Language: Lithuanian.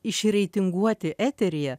išreitinguoti eteryje